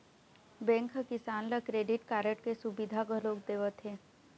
bank ह किसान ल क्रेडिट कारड के सुबिधा घलोक देवत हे